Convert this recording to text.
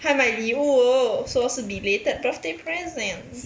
还买礼物哦说是 belated birthday present